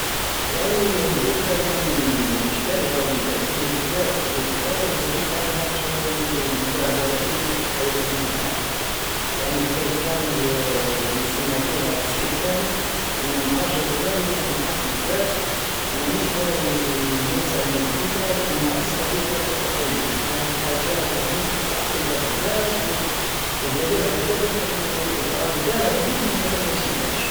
يعني الدكرى الي نشفالها ولي تعجبني بزاف كي كنت صغير هي الدكرى نهار شراولي اللعبة هديك يعني بقيت كامل- نسنى فيها صيف كامل ونهار جابوهالي فرحت بزاف ومانيش ناوي ننسى هديك الدكرى لانها اسعد دكرى في طفولتي كامت حاجة يعني فرحتلها بزاف والدليل على دلك هو اني بالغ اليوم ومنسيتهاش